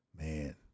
man